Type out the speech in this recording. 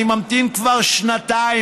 אני ממתין כבר שנתיים.